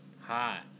Hot